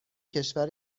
کشور